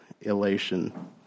elation